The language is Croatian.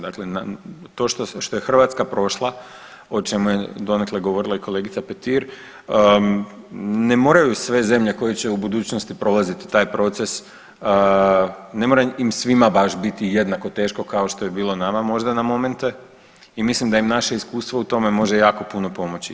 Dakle, to što je Hrvatska prošla, o čemu je donekle govorila i kolegica Petir ne moraju sve zemlje koje će u budućnosti prolaziti taj proces, ne mora im svima baš biti jednako teško kao što je bilo nama na momente i mislim da im naše iskustvo u tome može jako pomoći.